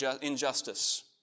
injustice